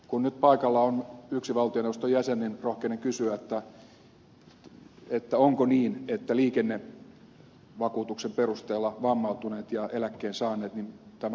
kun nyt paikalla on yksi valtioneuvoston jäsen niin rohkenen kysyä onko niin että tämä laki koskee myös liikennevakuutuksen perusteella vammautuneita ja eläkkeen saaneita